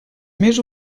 més